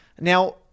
now